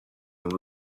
and